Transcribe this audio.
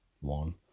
one